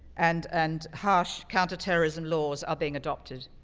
and and harsh counterterrorism laws are being adopted.